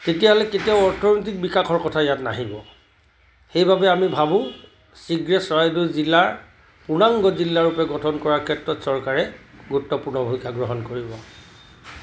তেতিয়াহ'লে কেতিয়াও অৰ্থনীতিক বিকাশৰ কথা ইয়াত নাহিব সেইবাবে আমি ভাবোঁ শীঘ্ৰেই চৰাইদেউ জিলা পূৰ্ণাংগ জিলাৰূপে গঠন কৰাৰ ক্ষেত্ৰত চৰকাৰে গুৰুত্বপূৰ্ণ ভূমিকা গ্ৰহণ কৰিব